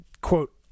quote